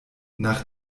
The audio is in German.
nach